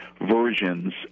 versions